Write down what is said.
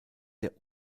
der